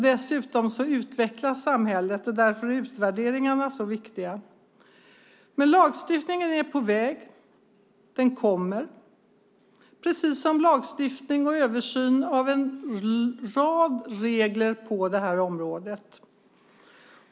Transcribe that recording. Dessutom utvecklas samhället, och därför är utvärderingarna viktiga. Lagstiftningen är på väg; den kommer - precis som lagstiftning och översyn av en rad regler på detta område.